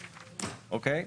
אוקיי?